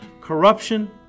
corruption